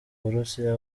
burusiya